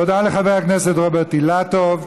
תודה לחבר הכנסת רוברט אילטוב.